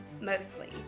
mostly